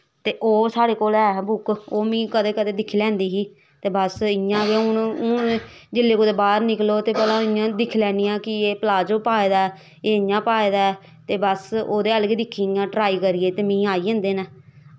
तो ओह् साढ़े कोल है बुक्क ओह् में कदें कदें दिक्खी लैंदी ही बस इयां गै हून हून जिसलै कुदा बाह्र निकलो ते भला इयां दिक्खी लैन्नी आं कि एह् पलाजो पाए दा ऐ एह् इयां पाए दा ऐ ते बस ओह्दे अल गै दिक्खियै ट्राई करियै ते मीं आई जंदे नै